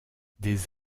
des